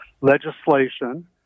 legislation